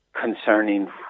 concerning